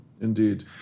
Indeed